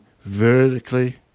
vertically